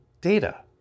data